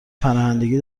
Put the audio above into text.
پناهندگی